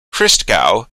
christgau